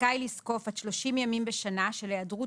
זכאי לזקוף עד 30 ימים בשנה של היעדרות